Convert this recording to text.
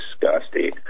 disgusting